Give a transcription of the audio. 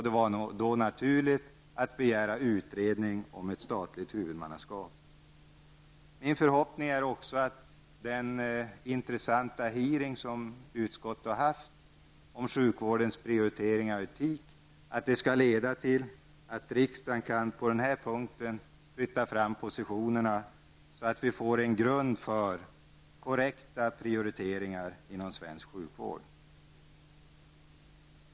Det var då naturligt att begära utredning om ett statligt huvudmannaskap. Min förhoppning är också att den intressanta utskottsutfrågningen som utskottet anordnade om sjukvårdens prioriteringar och etik skall leda till att riksdagen på denna punkt kan flytta fram positionerna så att vi får en grund för korrekta prioriteringar inom svensk sjukvård.